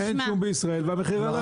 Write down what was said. אין שום בישראל, והמחיר עלה.